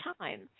Time